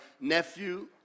nephew